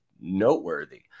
noteworthy